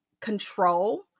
control